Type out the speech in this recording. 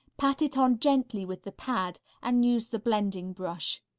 pat it on gently with the pad and use the blending brush.